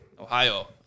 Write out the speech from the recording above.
Ohio